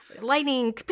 Lightning